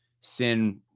sin